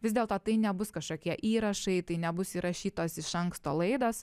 vis dėlto tai nebus kažkokie įrašai tai nebus įrašytos iš anksto laidos